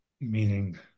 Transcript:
Meaning